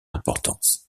importance